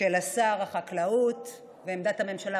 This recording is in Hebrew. של שר החקלאות ועמדת הממשלה,